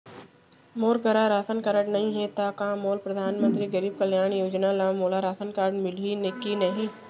मोर करा ration card नहीं है त का मोल परधानमंतरी गरीब कल्याण योजना ल मोला राशन मिलही कि नहीं?